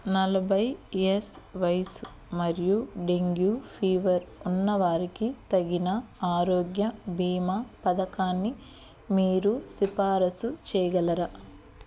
నలబై ఎస్ వయస్సు మరియు డెంగ్యూ ఫీవర్ ఉన్నవారికి తగిన ఆరోగ్య బీమా పథకాన్ని మీరు సిఫారసు చేయగలరా